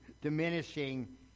diminishing